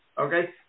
okay